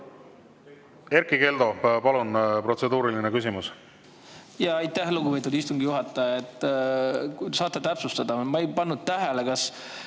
Erkki Keldo, palun, protseduuriline küsimus! Aitäh, lugupeetud istungi juhataja! Kas saate täpsustada – ma ei pannud tähele –, kas